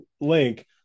link